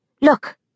Look